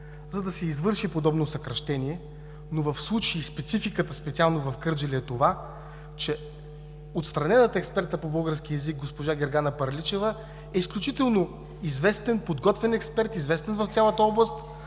за да се извърши подобно съкращение, но в случая спецификата специално в Кърджали е това, че отстранената експертка по български език госпожа Гергана Пърличева е изключително известен, подготвен експерт, известена в цялата област,